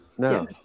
no